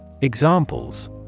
Examples